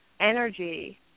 energy